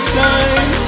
time